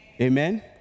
amen